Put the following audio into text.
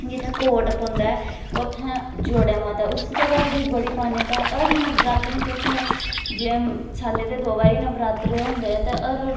जित्थै कोट पौंदा ऐ उत्थै जोड़ा माता उस जगह् दी बी बड़ी मान्यता ऐ हर नवरात्रे च उत्थै जियां सालै दे दो बारी नवरात्रे होंदे ते हर